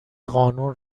قانون